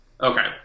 okay